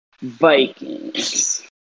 Vikings